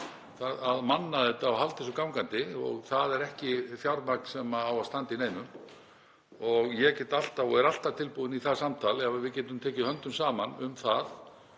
að manna þetta og halda þessu gangandi og það er ekki fjármagn sem á að standa í neinum. Ég er alltaf tilbúinn í það samtal ef við getum tekið höndum saman um það,